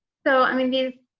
so i mean these